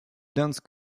dense